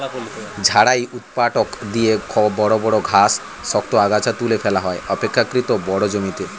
ঝাড়াই ঊৎপাটক দিয়ে বড় বড় ঘাস, শক্ত আগাছা তুলে ফেলা হয় অপেক্ষকৃত বড় জমিতে